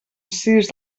sis